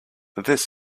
this